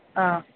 ಆಂ